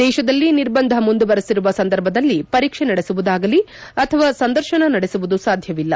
ದೇಶದಲ್ಲಿ ನಿರ್ಬಂಧ ಮುಂದುವರಿಸಿರುವ ಸಂದರ್ಭದಲ್ಲಿ ಪರೀಕ್ಷೆ ನಡೆಸುವುದಾಗಲಿ ಮತ್ತು ಸಂದರ್ಶನ ನಡೆಸುವುದು ಸಾಧ್ಯವಿಲ್ಲ